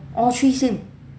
all three same